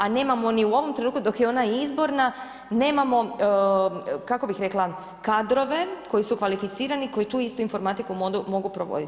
A nemamo ni u ovom trenutku, dok je ona izborna, nemamo, kako bi rekla, kadrove, koji su kvalificirani, koji tu istu informatiku mogu provoditi.